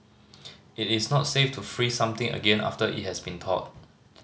it is not safe to freeze something again after it has been thawed